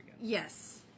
Yes